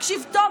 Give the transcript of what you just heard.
תקשיב טוב,